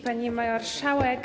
Pani Marszałek!